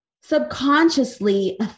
subconsciously